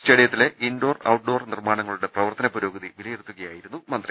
സ്റ്റേഡിയത്തിലെ indoor outdoor നിർമ്മാണങ്ങ ളുടെ പ്രവർത്തന പുരോഗതി വിലയിരുത്തുകയായിരുന്നു മന്ത്രി